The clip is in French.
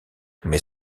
mais